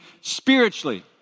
spiritually